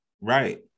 right